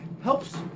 helps